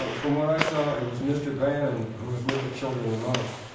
from what i saw, it was mr. bannon who was with the children the most.